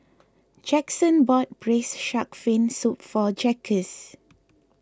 Jackson bought Braised Shark Fin Soup for Jaquez